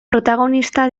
protagonista